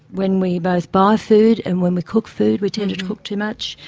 when we both by food and when we cook food we tend to to cook too much,